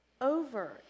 Over